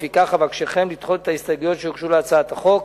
לפיכך אבקשכם לדחות את ההסתייגויות שהוגשו להצעת החוק,